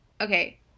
Okay